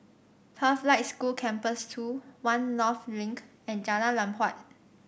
Pathlight School Campus Two One North Link and Jalan Lam Huat